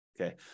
okay